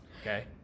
Okay